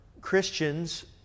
Christians